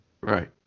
Right